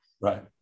Right